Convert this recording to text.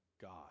God